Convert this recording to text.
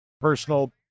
personal